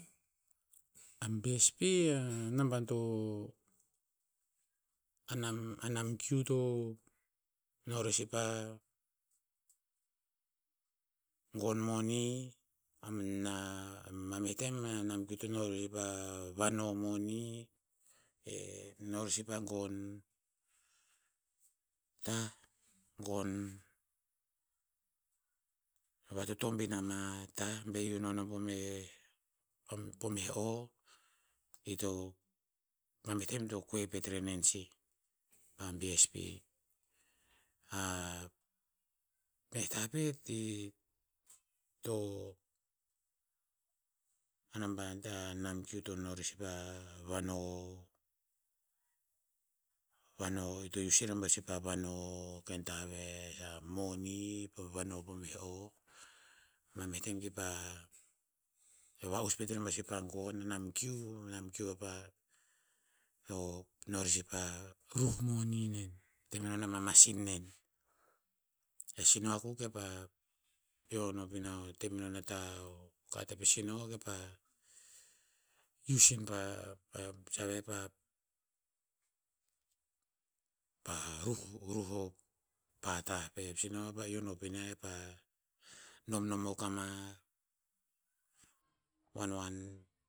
A bsp a naban to a nam- a nam kiu to no rer si pa gon moni am na ma meh tem a nam kiu to no rer pa vano moni, ee no rer si pa gon tah, gon, vatotobin ama tah be iu no nom po meh- po meh o. I to- ma meh tem, ito koe pet re nen sih, pa bsp. A meh tah pet, i to, a naban ta a nam kiu to no rer si pa vano- vano i to use ire buer sih pa vano ken tah veh sa, moni, pa vano po meh o. Ma meh tem kipa va'us pet rebuer pa gon, a nam kiu, nam kiu vapa to no rer sih pa ruh moni nen. Te menon ama masin nen. E si no akuk kepah ion hop in a te menon o tah o kat e pasi no kepa use in pa- pa saveh, pa- pa ruh o ruh o pa tah peh, e pasi no kepah ion hop iniah kepah nomnom akuk ama wanwan